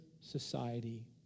society